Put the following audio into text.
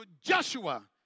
Joshua